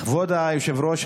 כבוד היושב-ראש,